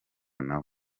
nawe